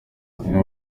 bamwe